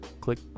click